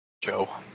Joe